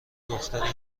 دختری